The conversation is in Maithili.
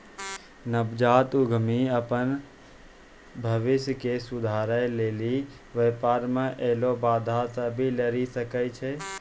नवजात उद्यमि अपन भविष्य के सुधारै लेली व्यापार मे ऐलो बाधा से लरी सकै छै